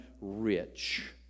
rich